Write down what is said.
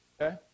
Okay